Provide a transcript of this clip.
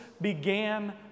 began